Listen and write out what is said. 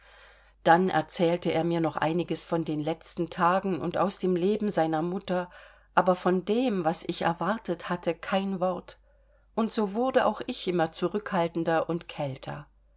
dann erzählte er mir noch einiges von den letzten tagen und aus dem leben seiner mutter aber von dem was ich erwartet hatte kein wort und so wurde auch ich immer zurückhaltender und kälter